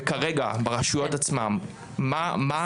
וכרגע, ברשויות עצמן, מה המצב?